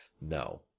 No